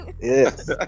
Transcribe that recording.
Yes